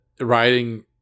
writing